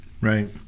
Right